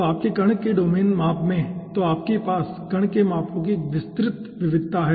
तो आपके कण के डोमेन माप में तो आपके पास कण के मापों की एक विस्तृत विविधता है